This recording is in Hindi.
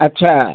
अच्छा